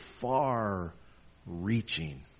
far-reaching